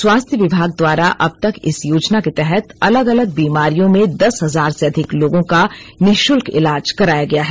स्वास्थ्य विभाग द्वारा अब तक इस योजना के तहत अलग अलग बीमारियों में दस हजार से अधिक लोगों का निशुल्क इलाज कराया गया है